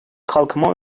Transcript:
kalkınma